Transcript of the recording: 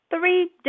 three